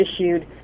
issued